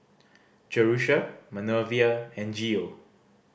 Jerusha Manervia and Geo